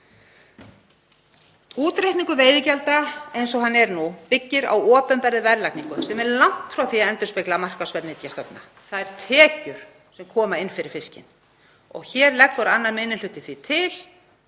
Útreikningur veiðigjalda eins og hann er nú byggir á opinberri verðlagningu sem er langt frá því að endurspegla markaðsverð nytjastofna, þær tekjur sem koma inn fyrir fiskinn. Hér leggur 2. minni hluti því til